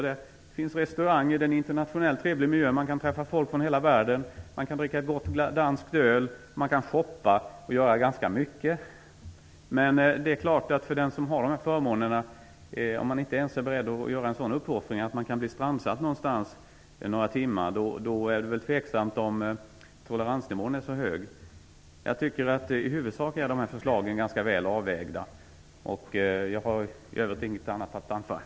Där finns restauranger, det är en internationellt trevlig miljö där man kan träffa folk från hela världen. Man kan dricka gott danskt öl, man kan shoppa och göra mycket annat. Det är tveksamt om toleransnivån är så hög hos den som har sådana förmåner men som inte är beredd att göra en liten uppoffring om man blir strandsatt några timmar någonstans i stället för att komma hem. Jag tycker att förslagen i huvudsak är ganska väl avvägda. I övrigt har jag inget att anföra.